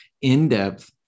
in-depth